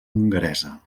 hongaresa